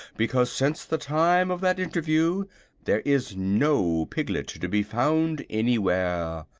because since the time of that interview there is no piglet to be found anywhere.